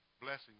blessings